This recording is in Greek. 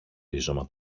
ρίζωμα